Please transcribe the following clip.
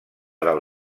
del